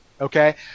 okay